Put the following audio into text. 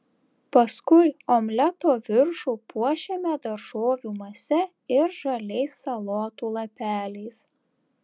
paskui omleto viršų puošiame daržovių mase ir žaliais salotų lapeliais